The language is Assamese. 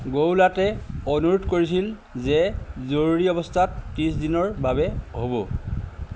গৌলাৰ্টে অনুৰোধ কৰিছিল যে জৰুৰী অৱস্থা ত্ৰিছ দিনৰ বাবে হ'ব